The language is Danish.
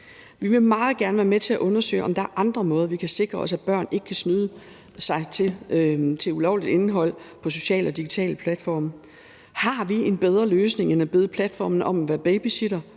Vi vil meget gerne være med til at undersøge, om der er andre måder, vi kan sikre os, at børn ikke kan snyde sig til ulovligt indhold på sociale og digitale platforme. Har vi en bedre løsning end at bede platformene om at være babysittere?